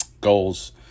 goals